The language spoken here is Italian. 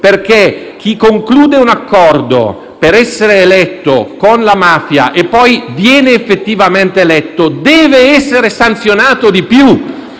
perché chi conclude un accordo per essere eletto con la mafia e poi viene effettivamente eletto deve essere sanzionato di più.